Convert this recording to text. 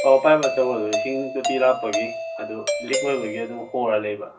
ꯑꯣ ꯄꯥꯌꯦꯞ ꯑꯆꯧꯕꯗꯨ ꯏꯁꯤꯡ ꯇꯣꯇꯤ ꯂꯥꯛꯄꯒꯤ ꯑꯗꯨ ꯂꯤꯛ ꯑꯣꯏꯕꯒꯤ ꯑꯗꯨꯝ ꯍꯣꯔ ꯂꯩꯕ